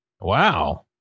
Wow